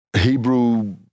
Hebrew